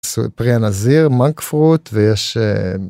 סופריה נזיר מנק פרוט ויש.